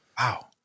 Wow